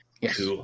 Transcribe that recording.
Yes